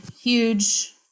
huge